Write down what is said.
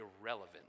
irrelevant